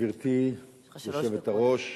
גברתי היושבת-ראש,